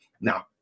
Now